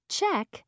check